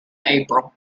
april